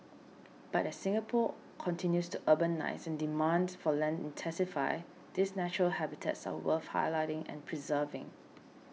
but as Singapore continues to urbanise and demand for land intensifies these natural habitats are worth highlighting and preserving